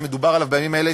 שמדובר עליו בימים האלה,